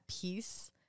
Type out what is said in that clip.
peace